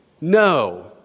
No